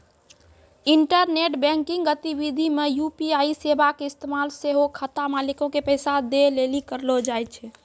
internet banking गतिविधि मे UPI सेबा के इस्तेमाल सेहो खाता मालिको के पैसा दै लेली करलो जाय छै